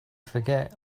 forget